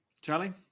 Charlie